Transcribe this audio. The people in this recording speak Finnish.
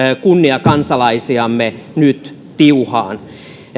kunniakansalaisiamme nyt tiuhaan